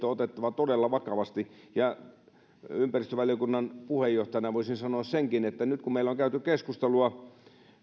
on otettava todella vakavasti ympäristövaliokunnan puheenjohtajana voisin sanoa senkin että nyt kun meillä on käyty keskustelua